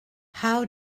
how